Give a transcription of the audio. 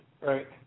Right